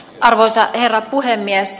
arvoisa herra puhemies